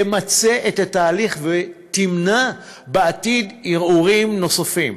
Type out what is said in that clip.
תמצה את התהליך ותמנע בעתיד ערעורים נוספים.